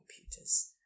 computers